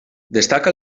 destaca